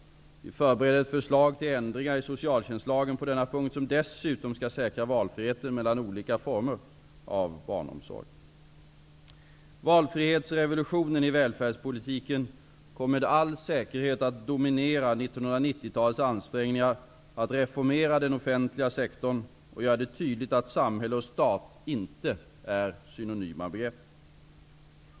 Vi förbereder ett förslag till ändringar i socialtjänstlagen på denna punkt som dessutom skall säkra valfriheten mellan olika former av barnomsorg. Valfrihetsrevolutionen i välfärdspolitiken kommer med all säkerhet att dominera 1990-talets ansträngningar att reformera den offentliga sektorn och att göra det tydligt att samhälle och stat inte är synonyma begrepp.